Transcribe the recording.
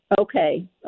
Okay